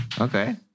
Okay